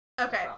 Okay